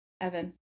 Evan